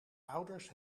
ouders